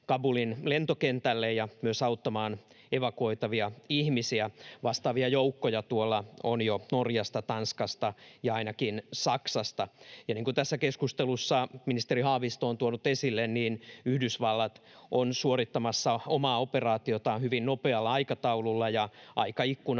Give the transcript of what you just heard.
Kabulin lentokentälle ja myös auttamaan evakuoitavia ihmisiä. Vastaavia joukkoja tuolla on jo ainakin Norjasta, Tanskasta ja Saksasta. Niin kuin tässä keskustelussa ministeri Haavisto on tuonut esille, Yhdysvallat on suorittamassa omaa operaatiotaan hyvin nopealla aikataululla, ja aikaikkuna